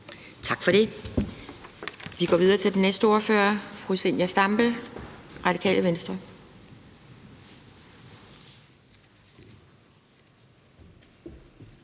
Tak for det. Vi går videre til den næste ordfører, fru Zenia Stampe, Radikale Venstre.